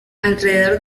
alrededor